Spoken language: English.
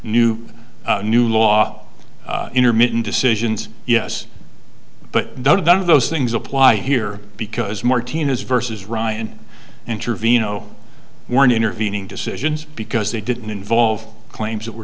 new new law intermittent decisions yes but no done of those things apply here because martinez versus ryan intervene oh we're an intervening decisions because they didn't involve claims that were